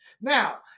Now